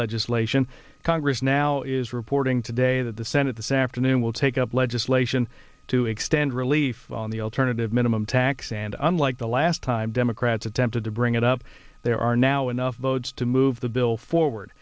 legislation congress now is reporting today that the senate this afternoon will take up legislation to extend relief on the alternative minimum tax and unlike the last time democrats attempted to bring it up there are now enough votes to move the bill forward